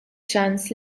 ċans